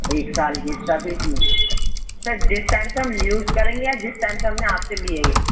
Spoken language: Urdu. ایک سال کی سبھی کی سر جس ٹائم سے ہم ہوز کریں گے یا جس ٹائم سے ہم نے آپ سے لی ہے یہ